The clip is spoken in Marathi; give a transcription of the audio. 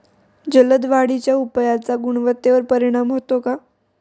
जलद वाढीच्या उपायाचा गुणवत्तेवर परिणाम होतो का?